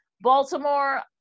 Baltimore